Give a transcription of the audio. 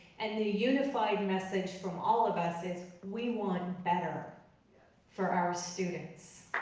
and the unified message from all of us is we want better for our students.